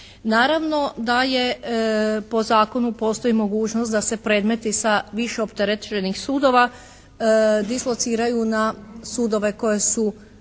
Naravno da je po zakonu postoji mogućnost da se predmeti sa više opterećenih sudova dislociraju na sudove koji su